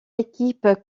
équipe